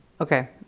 Okay